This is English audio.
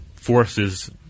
forces